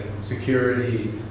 Security